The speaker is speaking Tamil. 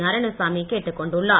நாராயணசாமி கேட்டுக் கொண்டுள்ளார்